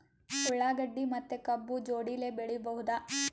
ಉಳ್ಳಾಗಡ್ಡಿ ಮತ್ತೆ ಕಬ್ಬು ಜೋಡಿಲೆ ಬೆಳಿ ಬಹುದಾ?